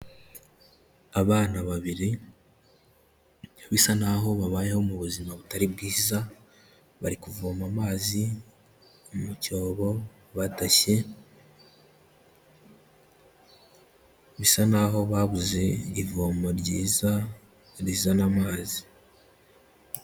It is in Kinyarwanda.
Abana babiri bisa naho babayeho mu buzima butari bwiza, bari kuvoma amazi mu cyobo badashye, bisa nkaho babuze ivomo ryiza rizana amazi.